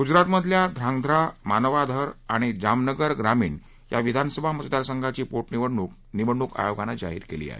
गुजरातमधल्या धांगधा मानवाधर आणि जामनगर ग्रामीण या विधानसभा मतदारसंघांची पोटनिवडणूक निवडणूक आयोगानं जाहीर केली आहे